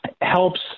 helps